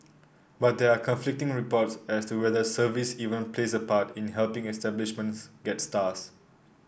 but there are conflicting reports as to whether service even plays a part in helping establishments get stars